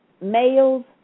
males